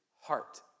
heart